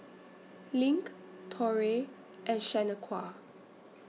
LINK Torrey and Shanequa